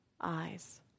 eyes